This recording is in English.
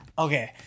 Okay